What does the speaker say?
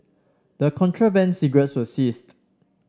the contraband cigarettes were seized